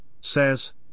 says